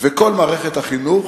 וכל מערכת החינוך,